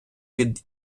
під